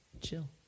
chill